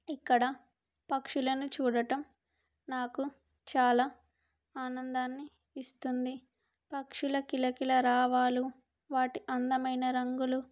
ఇక్కడ పక్షులను చూడడం నాకు చాలా ఆనందాన్ని ఇస్తుంది పక్షుల కిలకిలరావాలు వాటి అందమైన రంగులు